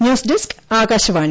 news desk Akashvani